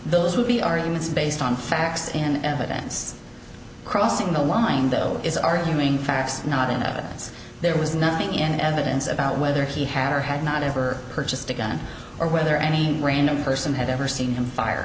those would be arguments based on facts and evidence crossing the line though is arguing facts not in evidence there was nothing in evidence about whether he had or had not ever purchased a gun or whether any random person had ever seen him fire